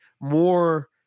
more